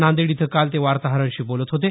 नांदेड इथं काल ते वार्ताहरांशी बोलत होते